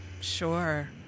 Sure